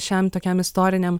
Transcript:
šiam tokiam istoriniam